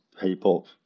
people